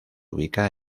ubica